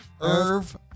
Irv